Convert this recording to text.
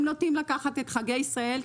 הם נוטים לקחת את חגי ישראל,